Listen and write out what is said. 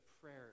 prayer